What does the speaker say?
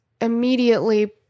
immediately